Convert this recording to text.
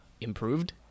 improved